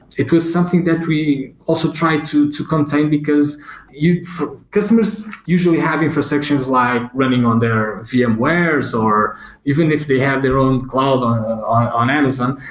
it was something that we also tried to to contain, because customers usually have infrastructures like running on their vmware's or even if they have their own cloud on ah on amazon,